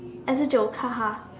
as a joke